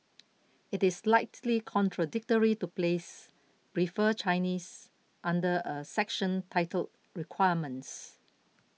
it is slightly contradictory to place prefer Chinese under a section titled requirements